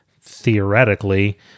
theoretically